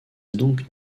donc